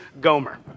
Gomer